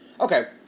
Okay